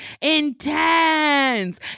Intense